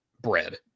bread